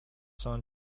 son